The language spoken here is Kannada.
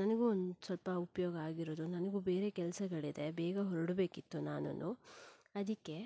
ನನಗೂ ಒಂದ್ಸ್ವಲ್ಪ ಉಪಯೋಗ ಆಗಿರೋದು ನನಗೂ ಬೇರೆ ಕೆಲಸಗಳಿದೆ ಬೇಗ ಹೊರಡ್ಬೇಕಿತ್ತು ನಾನೂ ಅದಕ್ಕೆ